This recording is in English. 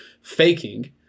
faking